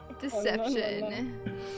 Deception